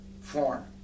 form